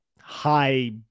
high